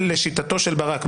לשיטתו של ברק,